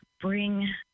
bring